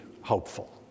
hopeful